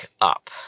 up